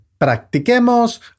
practiquemos